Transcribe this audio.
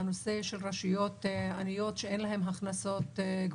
רשויות שהפסידו יותר קיבלו פיצוי יותר